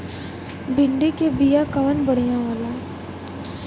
भिंडी के बिया कवन बढ़ियां होला?